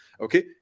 okay